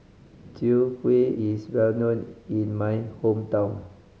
Chwee Kueh is well known in my hometown